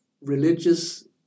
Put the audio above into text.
religious